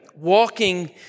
Walking